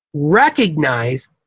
recognize